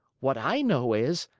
what i know is,